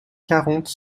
quarante